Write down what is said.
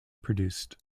produced